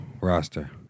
roster